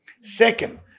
Second